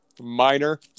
minor